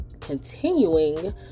continuing